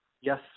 yes